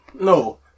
No